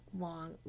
long